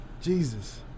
Jesus